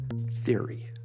theory